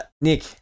Nick